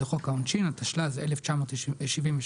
לחוק העונשין, התשל"ז 1977,